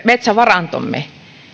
metsävarantomme